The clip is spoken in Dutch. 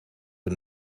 een